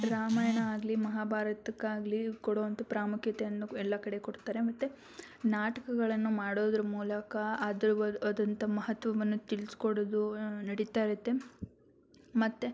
ರಾಮಾಯಣ ಆಗಲಿ ಮಹಾಭಾರತಕ್ಕಾಗಲಿ ಕೊಡೊ ಅಂಥ ಪ್ರಾಮುಖ್ಯತೆಯನ್ನು ಎಲ್ಲ ಕಡೆ ಕೊಡ್ತಾರೆ ಮತ್ತು ನಾಟಕಗಳನ್ನು ಮಾಡೋದರ ಮೂಲಕ ಅದ್ರ ಆದಂಥ ಮಹತ್ವವನ್ನು ತಿಳಿಸ್ಕೊಡೋದು ನಡೀತಾ ಇರುತ್ತೆ ಮತ್ತು